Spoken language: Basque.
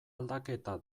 aldaketa